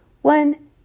One